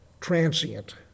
transient